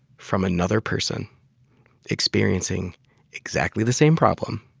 from another person experiencing exactly the same problem.